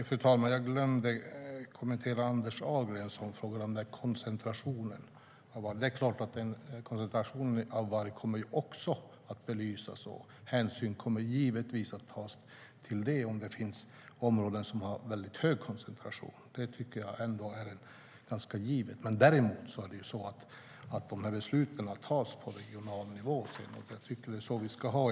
Fru talman! Jag glömde kommentera Anders Ahlgrens fråga om koncentrationen. Det är klart att också koncentrationen av varg kommer att belysas. Hänsyn kommer givetvis att tas till områden som har en väldigt hög koncentration. Det tycker jag är ganska givet. Däremot fattas besluten på regional nivå, och jag tycker att det är så vi ska ha det.